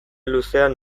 luzean